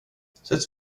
sätt